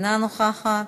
אינה נוכחת,